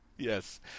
Yes